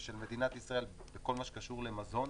של מדינת ישראל בכל מה שקשור למזון,